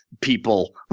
people